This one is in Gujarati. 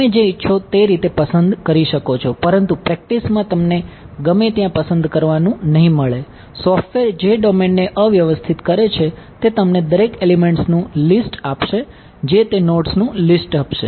તમે જે ઇચ્છો તે રીતે પસંદ કરી શકો છો પરંતુ પ્રેક્ટિસ જે ડોમેનને અવ્યવસ્થિત કરે છે તે તમને દરેક એલિમેંટનું લિસ્ટ આપશે જે તે નોડ્સનું લિસ્ટ આપશે